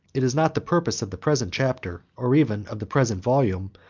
it is not the purpose of the present chapter, or even of the present volume,